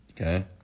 okay